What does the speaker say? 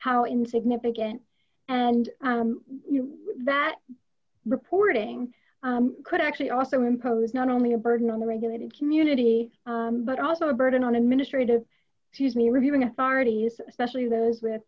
how insignificant and you that reporting could actually also impose not only a burden on the regulated community but also a burden on administrative fees me reviewing authorities especially those with